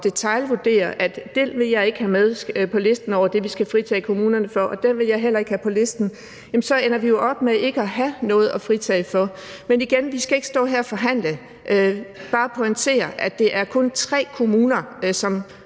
at detailvurdere, at den vil jeg ikke have med på listen over det, vi skal fritage kommunerne for, og den vil jeg heller ikke have på listen, ender vi med ikke at have noget at fritage for. Men igen: Vi skal ikke stå her og forhandle. Jeg vil bare pointere, at det kun er tre kommuner, som